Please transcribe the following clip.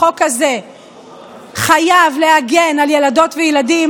החוק הזה חייב להגן על ילדות וילדים,